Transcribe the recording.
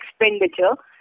expenditure